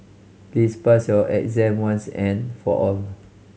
please pass your exam once and for all